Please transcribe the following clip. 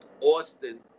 Austin